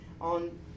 on